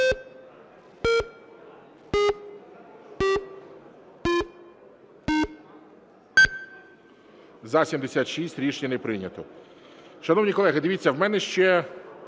За-76 Рішення не прийнято.